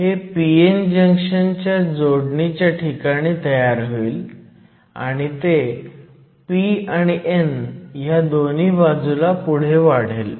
हे p n junction च्या जोडणीच्या ठिकाणी तयार होईल आनी ते p आणि n ह्या दोन्ही बाजूला पुढे वाढेल